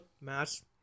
Mass